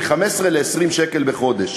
מ-15 ל-20 שקל בחודש".